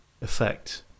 effect